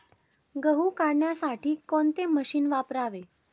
गहू काढण्यासाठी कोणते मशीन वापरावे?